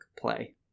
play